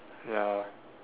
ya